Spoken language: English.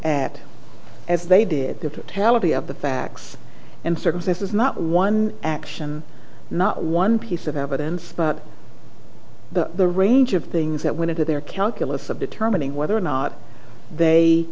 at as they did the taliban have the facts and circumstances not one action not one piece of evidence but the range of things that went into their calculus of determining whether or not they